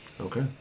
Okay